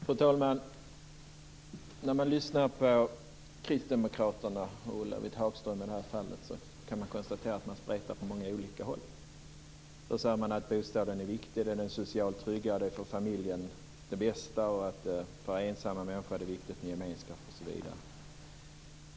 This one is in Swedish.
Fru talman! När man lyssnar på kristdemokrater - i det här fallet Ulla-Britt Hagström - kan man konstatera att de spretar åt många olika håll. Man säger att bostaden är viktig, att den är en social trygghet för familjen, att det är viktigt med gemenskap för ensamma människor osv.